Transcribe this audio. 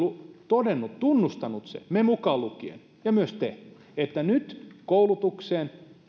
todennut tunnustanut sen me mukaan lukien ja myös te että nyt koulutukseen